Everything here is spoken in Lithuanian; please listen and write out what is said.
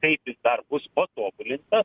kaip jis dar bus patobulintas